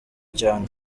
cyane